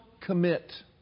Commit